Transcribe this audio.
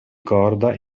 corda